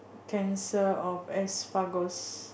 cancer of esophagus